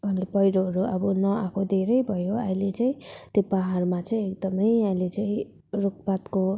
अनि पहिरोहरू अब नआएको धेरै भयो अहिले चाहिँ त्यो पहाडमा चाहिँ एकदमै अहिले चाहिँ रुखपातको